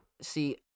see